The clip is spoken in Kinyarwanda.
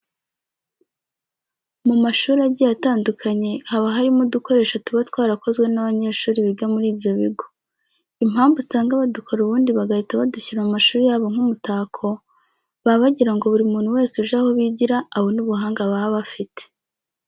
Mu mashuri agiye atandukanye haba harimo udukoresho tuba twarakozwe n'abanyeshuri biga muri ibyo bigo. Impamvu usanga badukora ubundi bagahita badushyira mu mashuri yabo nk'umutako, baba bagira ngo buri muntu wese uje aho bigira abone ubuhanga baba bafite.